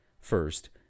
First